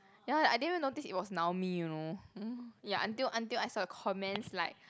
ya I didn't even notice it was Naomi you know ya until until I saw the comments like